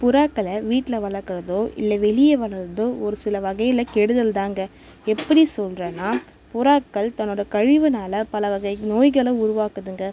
புறாக்களை வீட்டில் வளர்க்குறதோ இல்லை வெளியே வளர்றதோ ஒரு சில வகையில் கெடுதல்தாங்க எப்படி சொல்கிறேன்னா புறாக்கள் தன்னோடய கழிவுனால் பலவகை நோய்களை உருவாக்குதுங்க